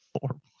Four